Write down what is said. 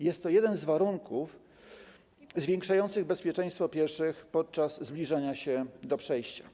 Jest to jeden z warunków zwiększających bezpieczeństwo pieszych podczas zbliżania się do przejścia.